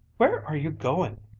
where are you going?